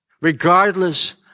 regardless